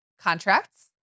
contracts